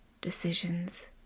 decisions